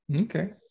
Okay